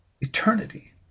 eternity